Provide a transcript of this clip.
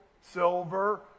silver